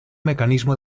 mecanismo